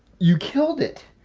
you killed it.